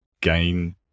gain